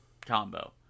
combo